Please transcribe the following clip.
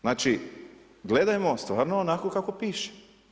Znači, gledajmo stvarno onako kako piše.